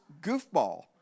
goofball